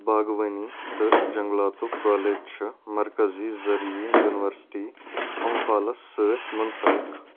باغوٲنی تہٕ جنٛگلاتُک کالج چھُ مرکٔزی زرعی یوٗنیوَرسٹی امپھالس سۭتۍ منسلک